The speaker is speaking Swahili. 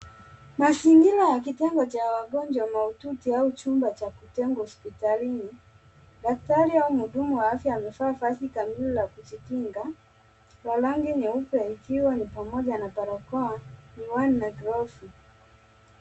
Mazingira ya kitanda ya wagonjwa mahututi au chumba cha kujengwa hospitali. Daktati au mhudumu amevaa mavazi ya kujikinga ya rangi nyeupe ikiwa ni pamoja na barakoa, miwani na gloves .